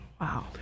wow